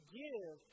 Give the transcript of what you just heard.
give